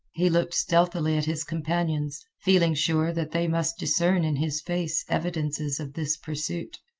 he looked stealthily at his companions, feeling sure that they must discern in his face evidences of this pursuit.